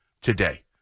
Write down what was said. today